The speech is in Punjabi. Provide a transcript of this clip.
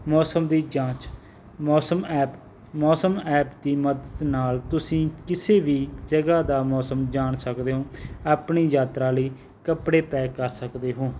ਮੌਸਮ ਦੀ ਜਾਂਚ ਮੌਸਮ ਐਪ ਮੌਸਮ ਐਪ ਦੀ ਮਦਦ ਨਾਲ ਤੁਸੀਂ ਕਿਸੇ ਵੀ ਜਗ੍ਹਾ ਦਾ ਮੌਸਮ ਜਾਣ ਸਕਦੇ ਹੋ ਆਪਣੀ ਯਾਤਰਾ ਲਈ ਕੱਪੜੇ ਪੈਕ ਕਰ ਸਕਦੇ ਹੋ